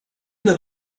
that